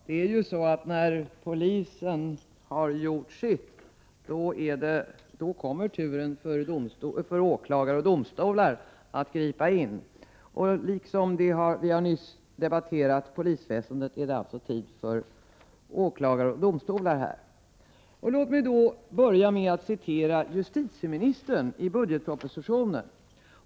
Herr talman! När polisen har gjort sitt, då kommer turen till åklagare och domstolar att gripa in. Nyss debatterades polisväsendet och nu är det alltså tid för åklagaroch domstolsväsendet. Låt mig börja med att citera justitieministern i budgetpropositionen.